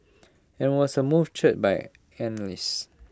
and was A move cheered by analysts